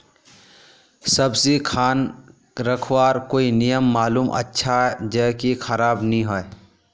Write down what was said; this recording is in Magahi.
सब्जी खान रखवार कोई नियम मालूम अच्छा ज की खराब नि होय?